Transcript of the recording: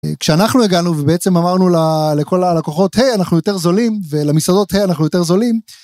כשאנחנו הגענו ובעצם אמרנו לכל הלקוחות היי אנחנו יותר זולים ולמסעדות היי אנחנו יותר זולים.